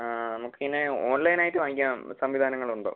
ആ നമുക്കിങ്ങനെ ഓൺലൈനായിട്ട് വാങ്ങിക്കാം സംവിധാനങ്ങളുണ്ടോ